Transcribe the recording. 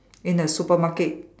in the supermarket